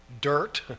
dirt